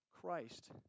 Christ